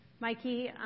Mikey